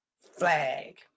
flag